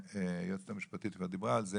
והיועצת המשפטית כבר דיברה על זה